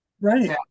Right